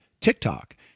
tiktok